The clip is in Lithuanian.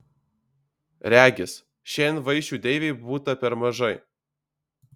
regis šiandien vaišių deivei būta per mažai